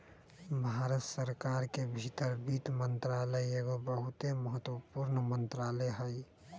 भारत सरकार के भीतर वित्त मंत्रालय एगो बहुते महत्वपूर्ण मंत्रालय हइ